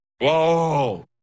Whoa